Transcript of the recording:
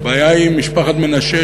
הבעיה עם משפחת מנשה,